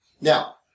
Now